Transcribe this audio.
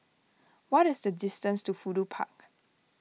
what is the distance to Fudu Park